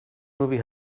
movie